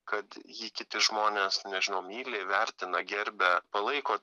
kad jį kiti žmonės nežinau myli vertina gerbia palaiko